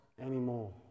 anymore